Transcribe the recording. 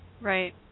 Right